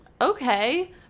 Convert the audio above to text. okay